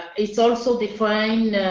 it's also defined